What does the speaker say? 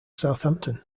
southampton